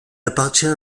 appartient